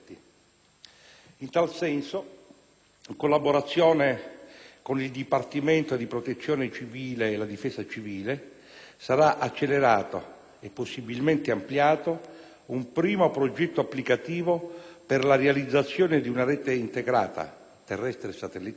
In tal senso, in collaborazione con il Dipartimento di protezione civile e la Difesa civile, sarà accelerato, e possibilmente ampliato, un primo progetto applicativo per la realizzazione di una rete integrata (terrestre e satellitare)